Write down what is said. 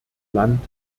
land